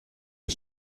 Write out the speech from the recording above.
die